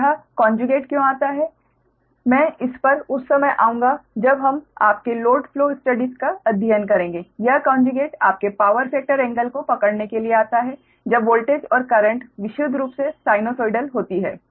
तो यह कोंजुगेट क्यों आता है मैं इस पर उस समय आऊंगा जब हम आपके लोड फ्लो स्टडीस का अध्ययन करेंगे यह कोंजुगेट आपके पावर फेक्टर एंगल को पकड़ने के लिए आता है जब वोल्टेज और करेंट विशुद्ध रूप से साइनसोइडल होती हैं